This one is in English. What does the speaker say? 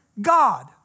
God